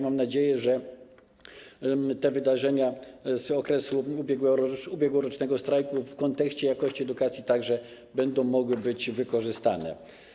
Mam nadzieję, że te wydarzenia z okresu ubiegłorocznego strajku w kontekście jakości edukacji także będą mogły być wykorzystane.